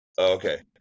Okay